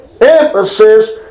emphasis